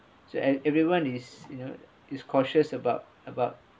so e~ everyone is you know is cautious about about